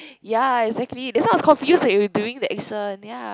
ya exactly that's why I was confused when you were doing the action